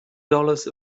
dollars